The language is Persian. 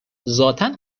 ذاتا